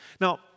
Now